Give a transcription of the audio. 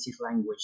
language